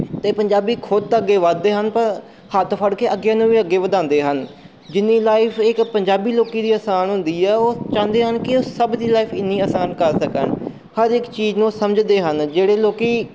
ਅਤੇ ਪੰਜਾਬੀ ਖੁਦ ਤਾਂ ਅੱਗੇ ਵੱਧਦੇ ਹਨ ਪਰ ਹੱਥ ਫੜ ਕੇ ਅੱਗੇ ਨੂੰ ਵੀ ਅੱਗੇ ਵਧਾਉਂਦੇ ਹਨ ਜਿੰਨੀ ਲਾਈਫ ਇੱਕ ਪੰਜਾਬੀ ਲੋਕਾਂ ਦੀ ਆਸਾਨ ਹੁੰਦੀ ਆ ਉਹ ਚਾਹੁੰਦੇ ਹਨ ਕਿ ਉਹ ਸਭ ਦੀ ਲਾਈਫ ਇੰਨੀ ਆਸਾਨ ਕਰ ਸਕਣ ਹਰ ਇੱਕ ਚੀਜ਼ ਨੂੰ ਉਹ ਸਮਝਦੇ ਹਨ ਜਿਹੜੇ ਲੋਕ